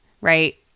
Right